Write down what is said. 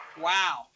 Wow